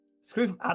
screw